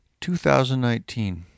2019